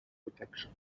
protection